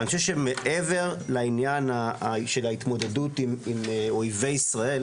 אבל אני חושב שמעבר לעניין של ההתמודדות עם אויבי ישראל,